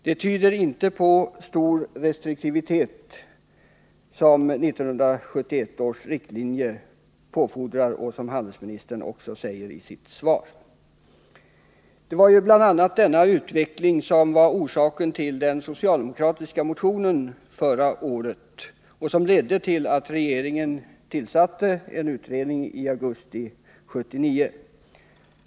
Detta tyder inte på stor restriktivitet, som 1971 års riktlinjer påfordrar, vilket också handelsministern säger i sitt svar. Det var bl.a. denna utveckling som var orsaken till den socialdemokratiska motionen förra året och som ledde till att regeringen tillsatte en utredning i augusti 1979.